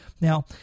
Now